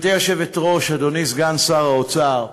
גברתי היושבת-ראש, אדוני סגן שר האוצר,